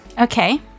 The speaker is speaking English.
okay